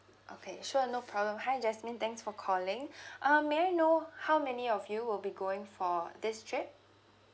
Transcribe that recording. okay sure no problem hi jasmine thanks for calling um may I know how many of you will be going for this trip